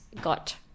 got